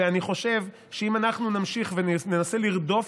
ואני חושב שאם אנחנו נמשיך וננסה לרדוף